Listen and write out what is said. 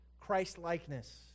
Christ-likeness